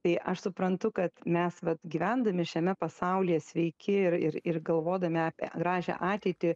tai aš suprantu kad mes vat gyvendami šiame pasaulyje sveiki ir ir ir galvodami apie gražią ateitį